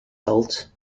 salt